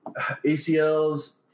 ACLs